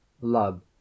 love